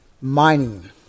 mining